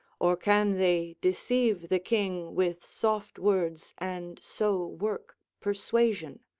or can they deceive the king with soft words and so work persuasion?